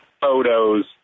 photos